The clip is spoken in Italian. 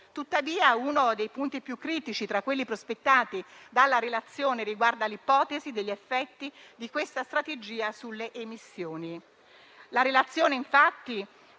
Tuttavia, uno dei punti più critici tra quelli prospettati dalla relazione riguarda l'ipotesi degli effetti di questa strategia sulle emissioni.